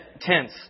tense